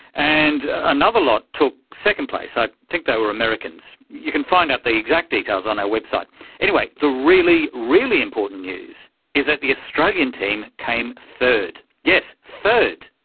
and another lot took second place i think they were americans you can find out the exact details on our website anyway, the really, really important news is that the australian team came third! yes, third!